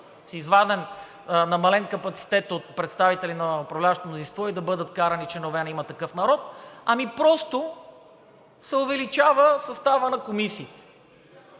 да бъдат с намален капацитет от представители на управляващото мнозинство и да бъдат вкарани членове на „Има такъв народ“, ами просто се увеличава съставът на комисии